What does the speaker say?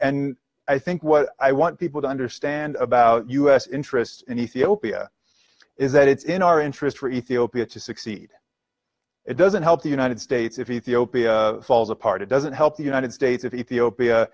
and i think what i want people to understand about u s interests in ethiopia is that it's in our interest for ethiopia to succeed it doesn't help the united states if the opium falls apart it doesn't help the united states of ethiopia